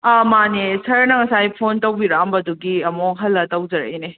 ꯃꯥꯅꯦ ꯁꯥꯔꯅ ꯉꯁꯥꯏ ꯐꯣꯟ ꯇꯧꯕꯤꯔꯛꯑꯝꯕꯗꯨꯒꯤ ꯑꯃꯨꯛ ꯍꯜꯂ ꯇꯧꯖꯔꯛꯏꯅꯦ